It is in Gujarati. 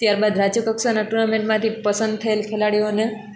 ત્યારબાદ રાજ્ય કક્ષાના ટુર્નામેંટમાંથી પસંદ થયેલ ખેલાડીઓને